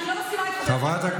עדיין אצל גבר זאת תהיה חוזקה,